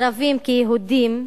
ערבים כיהודים,